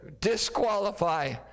disqualify